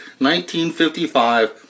1955